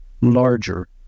larger